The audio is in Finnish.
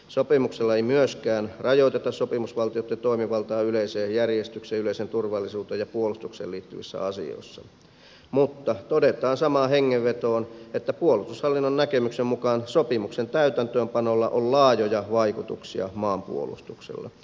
sopimuksella ei myöskään rajoiteta sopimusvaltioitten toimivaltaa yleiseen järjestykseen yleiseen turvallisuuteen ja puolustukseen liittyvissä asioissa mutta todetaan samaan hengenvetoon että puolustushallinnon näkemyksen mukaan sopimuksen täytäntöönpanolla on laajoja vaikutuksia maanpuolustukselle